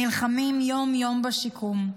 נלחמים יום-יום בשיקום,